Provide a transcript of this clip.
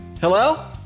Hello